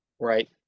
right